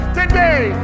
today